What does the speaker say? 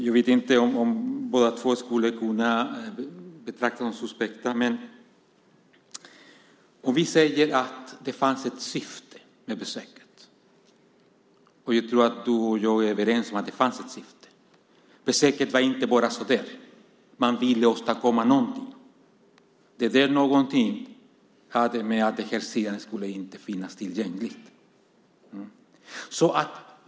Jag vet inte om vi båda skulle kunna betrakta dem som suspekta. Men vi kan säga att det fanns ett syfte med besöket. Och jag tror att du och jag är överens om att det fanns ett syfte med besöket. Det var inte bara ett besök, utan man ville åstadkomma någonting. Det hade att göra med att sidan inte skulle finnas tillgänglig.